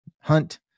Hunt